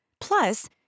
Plus